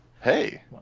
Hey